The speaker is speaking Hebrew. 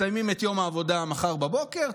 מסיימים את יום העבודה מחר בבוקר,